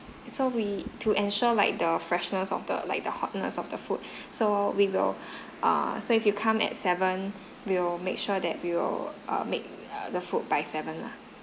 so we to ensure like the freshness of the like the hotness of the food so we will err so if you come at seven we'll make sure that we'll make the food by seven lah